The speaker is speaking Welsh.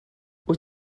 wyt